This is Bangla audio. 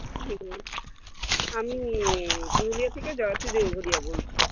হুম আমি পুরুলিয়া থেকে জয়তী দেব হুদিয়া বলছি